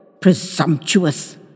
Presumptuous